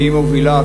והיא מובילה,